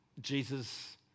Jesus